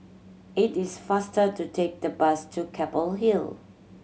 it is faster to take the bus to Keppel Hill